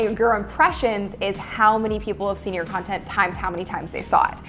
your your impressions is how many people have seen your content, times how many times they saw it.